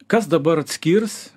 kas dabar atskirs